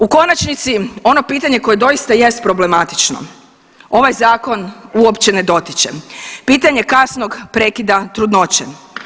U konačnici, ono pitanje koje doista jest problematično ovaj Zakon uopće ne dotiče, pitanje kasnog prekida trudnoće.